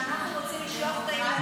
שאנחנו רוצים לשלוח את הילדים,